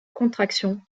contraction